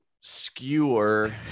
skewer